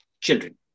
children